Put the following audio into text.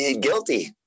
guilty